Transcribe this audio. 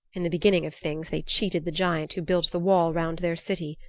in the beginning of things they cheated the giant who built the wall round their city.